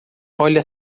olhe